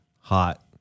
hot